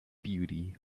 beauty